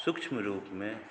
सूक्ष्मरूपमे